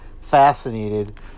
fascinated